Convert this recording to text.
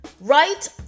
right